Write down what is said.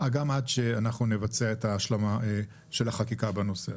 עד שנבצע את ההשלמה של החקיקה בנושא הזה.